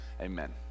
amen